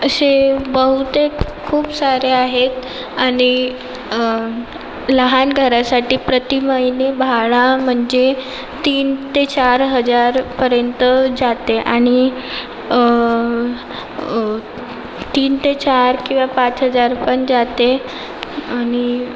असे बहुतेक खूप सारे आहेत आणि लहान घरासाठी प्रति महिने भाडे म्हणजे तीन ते चार हजारपर्यंत जाते आणि तीन ते चार किंवा पाच हजार पण जाते आणि